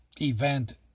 event